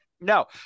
no